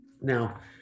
Now